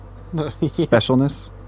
Specialness